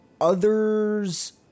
others